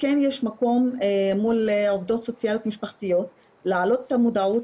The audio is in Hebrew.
כן יש מקום מול עובדות סוציאליות משפחתיות להעלות שם את המודעות